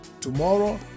Tomorrow